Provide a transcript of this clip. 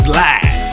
live